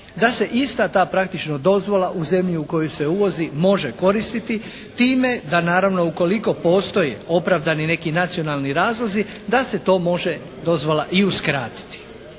da se ista ta praktično dozvola u zemlji u kojoj se uvozi može koristiti time da naravno ukoliko postoje opravdani neki nacionalni razlozi da se to može dozvola i uskratiti.